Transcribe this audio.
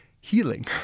healing